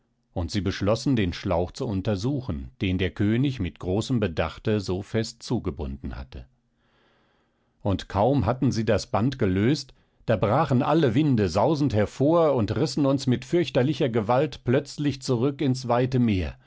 und sie beschlossen den schlauch zu untersuchen den der könig mit großem bedachte so fest zugebunden hatte und kaum hatten sie das band gelöst da brachen alle winde sausend hervor und rissen uns mit fürchterlicher gewalt plötzlich zurück ins weite meer